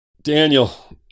Daniel